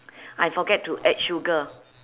I forget to add sugar